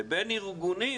לבין ארגונים,